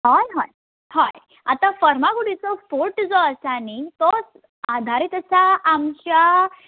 अय हय हय आतां फर्मागुडीचो फोट जो आसा न्ही तोच आधारीत आसा आमच्या